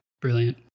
Brilliant